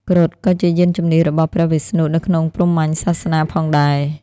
គ្រុឌក៏ជាយានជំនិះរបស់ព្រះវិស្ណុនៅក្នុងព្រហ្មញ្ញសាសនាផងដែរ។